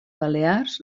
balears